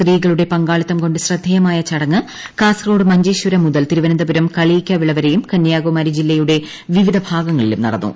സ്ത്രീകളുടെ പങ്കാളിത്തം കൊണ്ട് ശ്രദ്ധേയമായ ചടങ്ങ് കാസർകോട് മഞ്ചേശ്വരം മുതൽ ്തിർുവനന്തപുരം കളിയിക്കാവിള വരെയും കമ്പ്യാകുമാരി ജില്ലയുടെ വിവിധ ഭാഗങ്ങളിലും നടന്നു